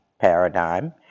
paradigm